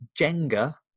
Jenga